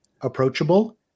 approachable